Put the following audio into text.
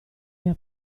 mia